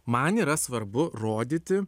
man yra svarbu rodyti